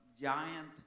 giant